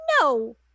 no